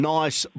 nice